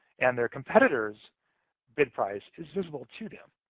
and their competitors' bid price is visible to them.